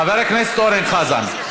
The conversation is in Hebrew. חבר הכנסת אורן חזן,